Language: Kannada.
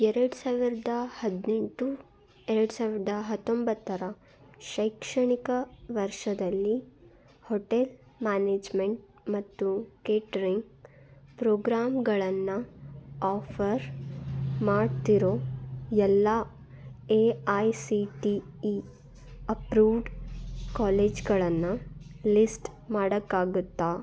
ಎರಡು ಸಾವಿರದ ಹದಿನೆಂಟು ಎರಡು ಸಾವಿರದ ಹತ್ತೊಂಬತ್ತರ ಶೈಕ್ಷಣಿಕ ವರ್ಷದಲ್ಲಿ ಹೋಟೆಲ್ ಮ್ಯಾನೇಜ್ಮೆಂಟ್ ಮತ್ತು ಕೇಟ್ರಿಂಗ್ ಪ್ರೋಗ್ರಾಂಗಳನ್ನು ಆಫರ್ ಮಾಡ್ತಿರೋ ಎಲ್ಲ A I C T E approved ಕಾಲೇಜುಗಳನ್ನು ಲಿಸ್ಟ್ ಮಾಡೋಕ್ಕಾಗುತ್ತ